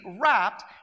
wrapped